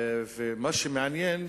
מה שמעניין,